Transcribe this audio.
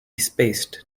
spaced